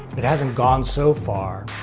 it hasn't gone so far,